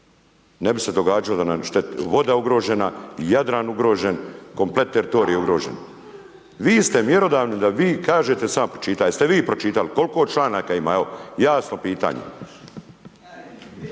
Ne bi se događalo da nam je voda ugrožena, Jadran ugrožen, komplet teritorij je ugrožen. Vi ste mjerodavni da vi kažete jesam ja pročitao? Jeste vi pročitali? Koliko članaka ima? Evo jasno pitanje.